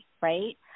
right